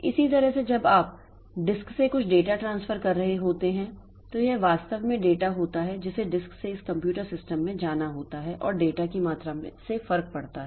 इसी तरह जब आप डिस्क से कुछ डेटा ट्रांसफर कर रहे होते हैं तो यह वास्तव में डेटा होता है जिसे डिस्क से इस कंप्यूटर सिस्टम में जाना होता है और डाटा की मात्रा से फर्क पड़ता है